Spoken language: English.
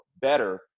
better